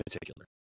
particular